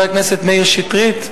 חבר הכנסת מאיר שטרית,